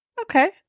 Okay